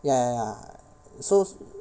ya ya ya so